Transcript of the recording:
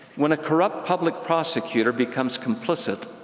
when a corrupt public prosecutor becomes complicit,